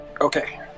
Okay